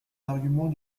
arguments